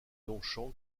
longchamp